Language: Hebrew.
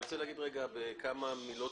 אני רוצה להגיד כמה מילות